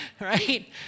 Right